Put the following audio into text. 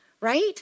right